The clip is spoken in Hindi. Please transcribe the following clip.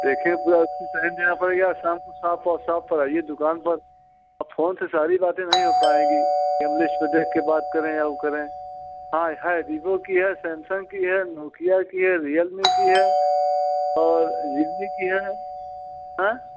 देखें पूरा शॉप पर आइये दुकान पर अब फोन से सारी बातें नहीं हो पाएँगी कि हम लिस्ट में देख कर बात करें या वो करें हाँ है वीवो की है सैमसंग की है नोकिया की है रियलमी की है और जीओनी की है आएं